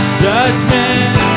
judgment